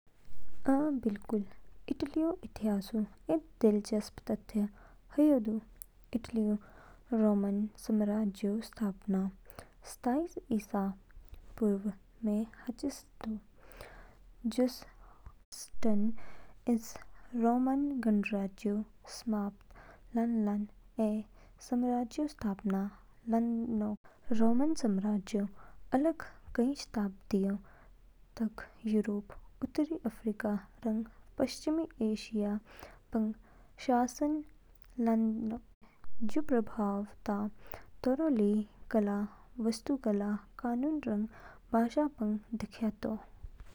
अ, बिल्कुल। इटलीऊ इतिहासऊ इद दिलचस्प तथ्य ह्यू दू। इटलीऊ रोमन साम्राज्यऊ स्थापना सत्ताइस ईसा पूर्व में हाचिस तो, जूस ऑगस्टस इस रोमन गणराज्यऊ समाप्त लानलान ऐ साम्राज्यऊ स्थापना लानोग। रोमन साम्राज्यऊ अगले कई शताब्दियों तक यूरोप, उत्तरी अफ्रीका रंग पश्चिमी एशिया पंग शासन लानोग, ऐ जू प्रभाव त तोरो ली कला, वास्तुकला, कानून रंग भाषा पंग दिखयतो।